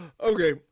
Okay